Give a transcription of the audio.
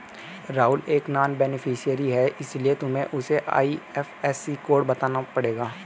राहुल एक non beneficiary है इसीलिए तुम्हें उसे आई.एफ.एस.सी कोड बताना पड़ेगा